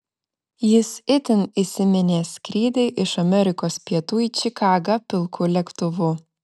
jis itin įsiminė skrydį iš amerikos pietų į čikagą pilku lėktuvu